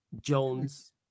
Jones